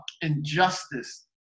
injustice